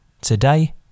today